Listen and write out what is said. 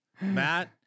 Matt